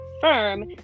firm